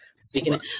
Speaking